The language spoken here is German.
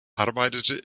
arbeitete